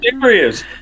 Serious